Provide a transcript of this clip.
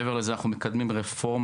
מעבר לזה, אנחנו מקדמים רפורמה